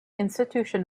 institution